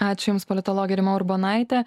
ačiū jums politologė rima urbonaitė